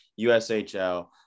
USHL